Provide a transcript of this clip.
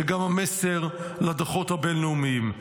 זה גם המסר לדוחות הבין-לאומיים.